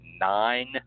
Nine